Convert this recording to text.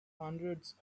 hundreds